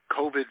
COVID